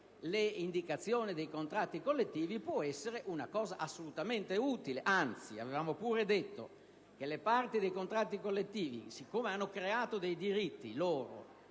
le indicazioni dei contratti collettivi può essere assolutamente utile, anzi, avevamo anche detto che le parti dei contratti collettivi, siccome hanno creato dei diritti propri,